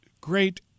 great